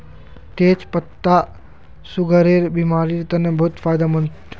तेच पत्ता सुगरेर बिमारिर तने बहुत फायदामंद